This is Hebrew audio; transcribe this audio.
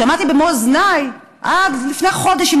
שמעתי במו אוזניי עד לפני חודש,